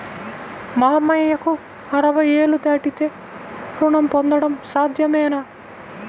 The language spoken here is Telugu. మామయ్యకు అరవై ఏళ్లు దాటితే రుణం పొందడం సాధ్యమేనా?